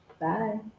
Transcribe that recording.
Bye